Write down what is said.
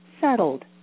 settled